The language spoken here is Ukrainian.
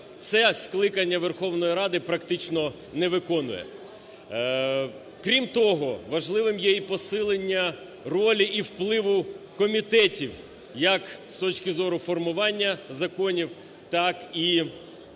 це скликання Верховної Ради практично не виконує. Крім того, важливим є і посилення ролі і впливу комітетів як з точки зору формування законів, так і здійснення